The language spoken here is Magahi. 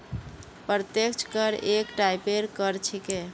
प्रत्यक्ष कर एक टाइपेर कर छिके